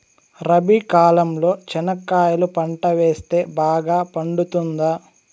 రబి కాలంలో చెనక్కాయలు పంట వేస్తే బాగా పండుతుందా?